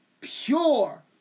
pure